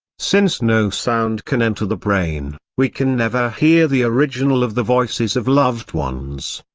since no sound can enter the brain, we can never hear the original of the voices of loved ones.